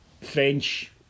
French